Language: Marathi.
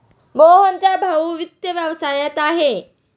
मोहनचा भाऊ वित्त व्यवसायात आहे